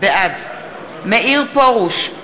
בעד מאיר פרוש,